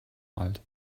alt